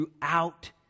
throughout